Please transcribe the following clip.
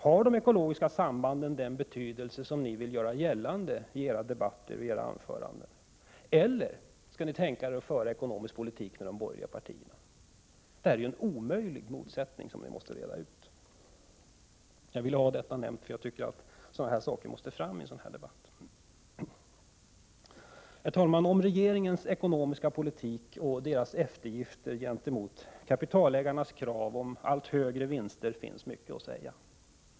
Har de ekologiska sambanden den betydelse som ni vill göra gällande i debatten, eller kan ni tänka er att föra en ekonomisk politik tillsammans med de andra borgerliga partierna? Det är en omöjlig motsättning som måste redas ut. Jag vill nämna detta därför att det måste tas fram i en sådan här debatt. Herr talman! Om regeringens ekonomiska politik och dess eftergifter gentemot kapitalägarnas krav på allt högre vinster finns mycket att säga.